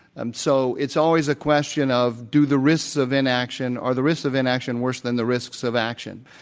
and so it's always a question ah of, do the risks of inaction or are the risks of inaction worse than the risks of action?